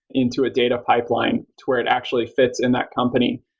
into a data pipeline to where it actually fits in that company.